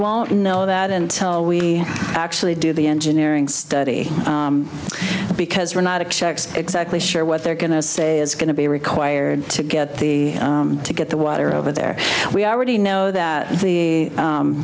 won't know that until we actually do the engineering study because we're not exactly sure what they're going to say is going to be required to get the to get the water over there we already know that the